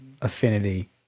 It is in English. affinity